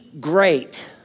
great